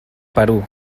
perú